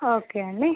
okay అండి